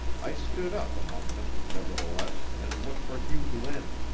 i stood up among them, nevertheless, and looked for hugh glynn.